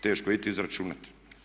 Teško je … izračunati.